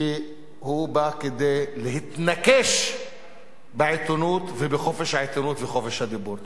שבא כדי להתנקש בעיתונות ובחופש העיתונות ובחופש הדיבור.